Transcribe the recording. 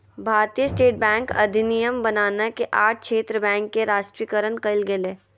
भारतीय state bank अधिनियम बनना के आठ क्षेत्र बैंक के राष्ट्रीयकरण कइल गेलय